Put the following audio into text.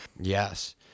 Yes